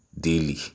daily